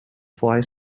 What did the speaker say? fly